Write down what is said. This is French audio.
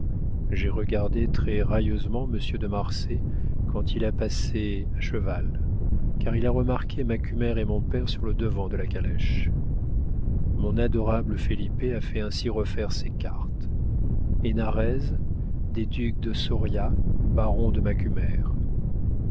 j'ai regardé très railleusement monsieur de marsay quand il a passé à cheval car il a remarqué macumer et mon père sur le devant de la calèche mon adorable felipe a fait ainsi refaire ses cartes hénarez des ducs de soria baron de macumer